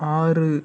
ஆறு